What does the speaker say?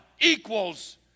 equals